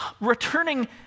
returning